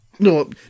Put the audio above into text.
No